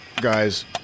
Guys